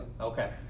Okay